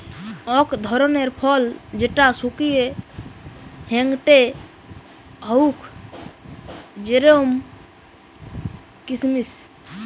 অক ধরণের ফল যেটা শুকিয়ে হেংটেং হউক জেরোম কিসমিস